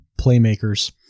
playmakers